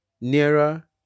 nearer